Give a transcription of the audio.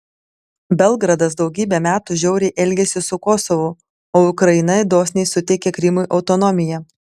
belgradas daugybę metų žiauriai elgėsi su kosovu o ukraina dosniai suteikė krymui autonomiją